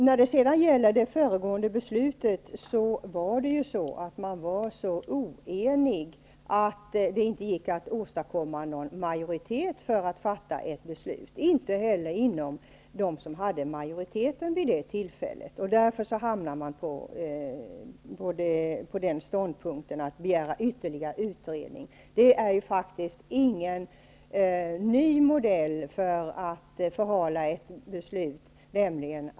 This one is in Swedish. När det sedan gäller det föregående beslutet, var man så oenig att det inte gick att åstadkomma någon majoritet för att fatta ett beslut, inte ens bland dem som hade majoriteten vid det tillfället. Därför hamnade man på den ståndpunkten att begära ytterligare utredning. Att begära en ny utredning är faktiskt ingen ny modell för att förhala ett beslut.